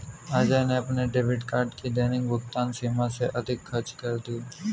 अजय ने अपने debit card की दैनिक भुगतान सीमा से अधिक खर्च कर दिया